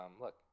look